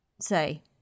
say